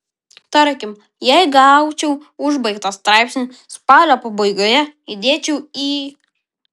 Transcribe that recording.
tarkim jei gaučiau užbaigtą straipsnį spalio pabaigoje įdėčiau į